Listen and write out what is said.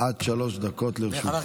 עד שלוש דקות לרשותך.